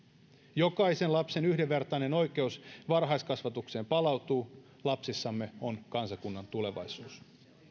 jokaisen lapsen yhdenvertainen oikeus varhaiskasvatukseen palautuu lapsissamme on kansakunnan tulevaisuus